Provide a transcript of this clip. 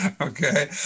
okay